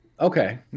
Okay